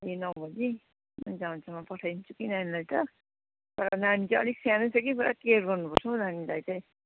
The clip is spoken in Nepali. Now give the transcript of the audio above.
ए नौ बजी हुन्छ हुन्छ म पठाइदिन्छु कि नानीलाई त तर नानी चाहिँ अलिक सानै छ कि पुरा केयर गर्नुपर्छ हौ नानीलाई चाहिँ